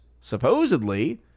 supposedly